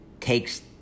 takes